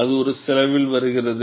அது ஒரு செலவில் வருகிறது